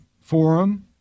forum